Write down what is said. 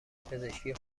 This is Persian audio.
پزشکی